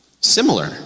similar